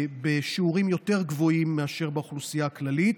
בשיעורים יותר גבוהים מאשר באוכלוסייה הכללית,